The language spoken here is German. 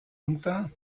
unter